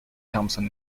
thompson